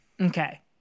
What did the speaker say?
Okay